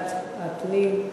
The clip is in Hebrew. לוועדת הפנים.